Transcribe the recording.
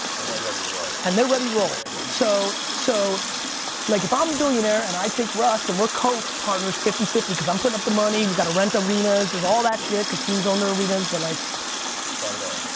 and they ready to roll. and they're ready to roll. so so like if i'm a billionaire and i take russ and we're co-partners fifty fifty cause i'm putting up the money, we gotta rent arenas, there's all that shit, cause teams own their arenas but like start it off.